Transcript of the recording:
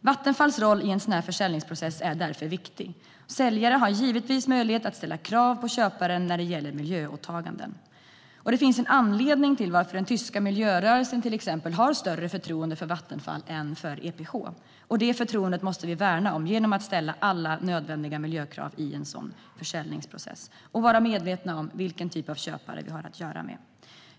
Vattenfalls roll i en sådan här försäljningsprocess är därför viktig. Säljaren har givetvis möjlighet att ställa krav på köparen när det gäller miljöåtaganden. Och det finns en anledning till att till exempel den tyska miljörörelsen har större förtroende för Vattenfall än för EPH. Detta förtroende måste vi värna om genom att ställa alla nödvändiga miljökrav i en sådan försäljningsprocess och vara medvetna om vilken typ av köpare vi har att göra med.